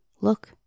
Look